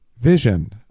vision